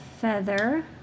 feather